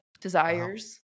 desires